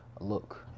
look